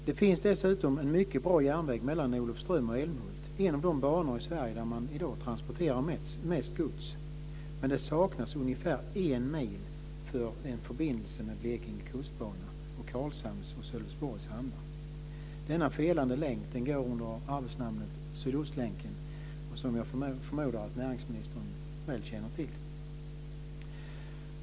Det finns dessutom en mycket bra järnväg mellan Olofström och Älmhult - en av de banor i Sverige där man i dag transporterar mest gods - men det saknas ungefär en mil för en förbindelse med Blekinge kustbana och Karlshamns och Sölvesborgs hamnar. Denna felande länk går under arbetsnamnet Sydostlänken, som jag förmodar att näringsministern väl känner till.